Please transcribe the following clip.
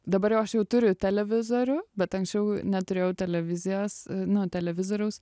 dabar aš jau turiu televizorių bet anksčiau neturėjau televizijos nu televizoriaus